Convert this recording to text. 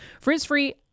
Frizz-free